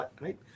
right